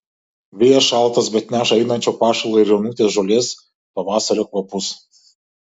vėjas šaltas bet neša einančio pašalo ir jaunutės žolės pavasario kvapus